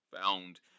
found